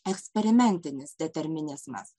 eksperimentinis determinizmas